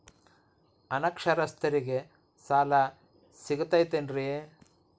ಅನಕ್ಷರಸ್ಥರಿಗ ಸಾಲ ಸಿಗತೈತೇನ್ರಿ?